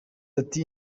ati